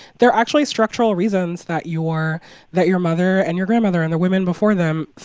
there are actually structural reasons that your that your mother and your grandmother and the women before them,